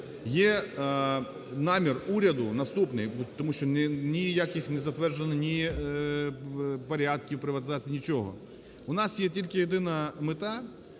є намір уряду наступний. Тому що ніяких не затверджено ні порядків приватизації, нічого, у нас є тільки єдина мета: